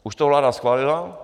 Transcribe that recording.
Už to vláda schválila?